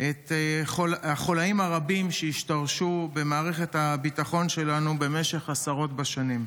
את החוליים הרבים שהשתרשו במערכת הביטחון שלנו במשך עשרות שנים.